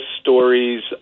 stories